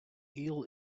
eel